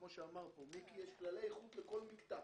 כמו שאמר כאן מיקי, יש כללי איכות לכל מקטע